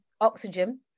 oxygen